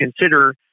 consider